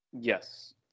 Yes